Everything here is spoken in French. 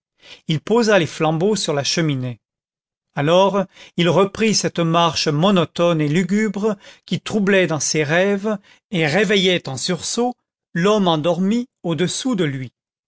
il posa les flambeaux sur la cheminée alors il reprit cette marche monotone et lugubre qui troublait dans ses rêves et réveillait en sursaut l'homme endormi au-dessous de lui